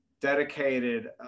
dedicated